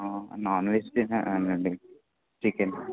non-veg తిన్నానండి chicken